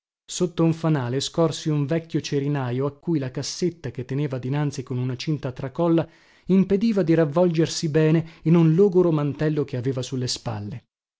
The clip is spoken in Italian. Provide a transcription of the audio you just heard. sotto un fanale scorsi un vecchio cerinajo a cui la cassetta che teneva dinanzi con una cinta a tracolla impediva di ravvolgersi bene in un logoro mantelletto che aveva su le spalle